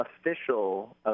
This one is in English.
official